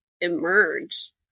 emerge